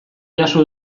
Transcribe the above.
jaso